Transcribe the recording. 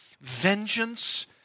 vengeance